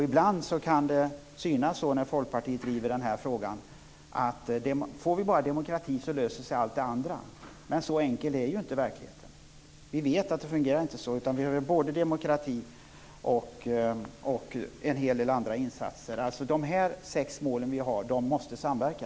Ibland kan det synas så när Folkpartiet driver den här frågan att får vi bara demokrati löser sig allt det andra. Men så enkel är inte verkligheten. Vi vet att det inte fungerar så, utan vi behöver både demokrati och andra insatser. De sex mål vi har måste samverka.